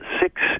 six